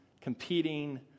competing